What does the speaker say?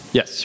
Yes